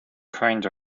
kind